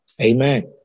Amen